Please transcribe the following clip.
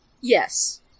Yes